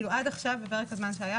עד עכשיו בפרק הזמן שהיה,